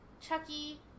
Chucky